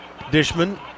Dishman